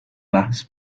mass